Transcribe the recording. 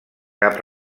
cap